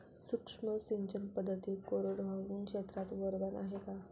सूक्ष्म सिंचन पद्धती कोरडवाहू क्षेत्रास वरदान आहे का?